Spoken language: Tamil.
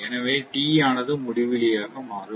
எனவே t ஆனது முடிவிலி ஆக மாறும்